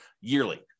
yearly